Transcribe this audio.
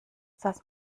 das